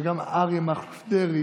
שגם אריה מכלוף דרעי